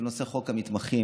נושא חוק המתמחים,